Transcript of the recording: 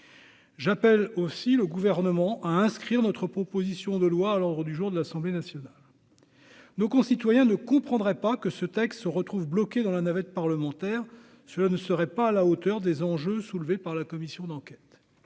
j'appelle aussi le gouvernement à inscrire notre proposition de loi à l'ordre du jour de l'Assemblée nationale, nos concitoyens ne comprendraient pas que ce texte se retrouve bloqué dans la navette parlementaire, cela ne serait pas à la hauteur des enjeux soulevés par la commission d'enquête,